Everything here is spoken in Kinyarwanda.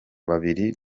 babiri